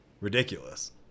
ridiculous